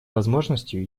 возможностью